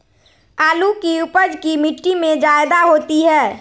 आलु की उपज की मिट्टी में जायदा होती है?